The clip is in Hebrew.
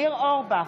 ניר אורבך,